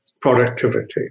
productivity